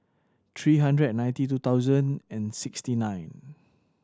three hundred ninety two thousand and sixty nine